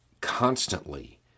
constantly